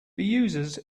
users